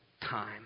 time